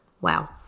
Wow